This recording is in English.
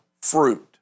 fruit